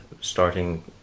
starting